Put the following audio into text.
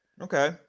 Okay